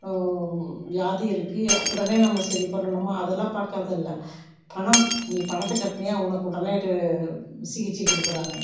வியாதி இருக்குது உடனே நம்ம சரி பண்ணணுமா அதெல்லாம் பார்க்கறது இல்லை பணம் நீ பணத்தை கட்டினியா உனக்கு உடனே சிகிச்சை கொடுக்குறாங்க